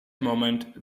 moment